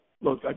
Look